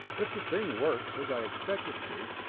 if the thing works, as i expect it to,